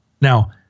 Now